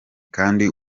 kandi